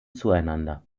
zueinander